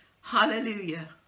hallelujah